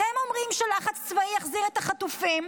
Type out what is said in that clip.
אתם אומרים שלחץ צבאי יחזיר את החטופים,